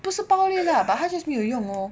不是暴力 lah but 他 just 没有用 lor